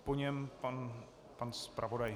Po něm pan zpravodaj.